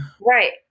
Right